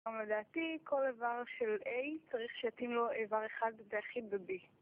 לדעתי כל איבר של A צריך שיתאים לו איבר אחד ויחיד ב-B